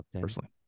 Personally